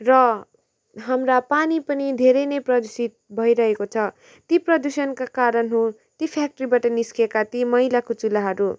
र हाम्रा पानी पनि धेरै नै प्रदूषित भइरहेको छ ती प्रदूषणका कारण हो ती फ्याक्ट्रीबाट निस्केका ती मैलाकुचेलाहरू